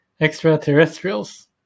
extraterrestrials